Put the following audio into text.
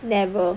never